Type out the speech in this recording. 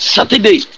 Saturday